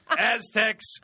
Aztecs